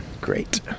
great